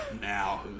Now